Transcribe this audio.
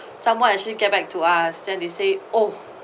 someone actually get back to us then they say oh